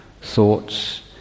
thoughts